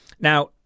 now